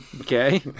okay